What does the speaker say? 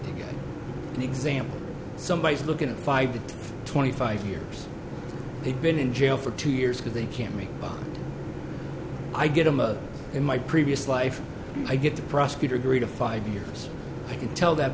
to get an example somebody is looking at five to twenty five years they've been in jail for two years because they can't make i get a mug in my previous life i get the prosecutor greta five years i can tell that